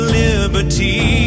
liberty